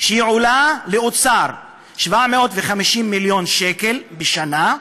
לאוצר של 750 מיליון שקל בשנה,